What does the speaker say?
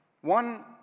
one